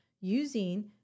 using